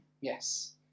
Yes